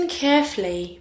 carefully